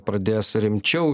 pradės rimčiau